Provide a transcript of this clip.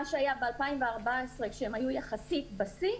מה שהיה ב-2014 כשהם יחסית בשיא,